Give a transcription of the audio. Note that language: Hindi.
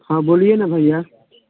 हाँ बोलिए ना भैया